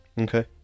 okay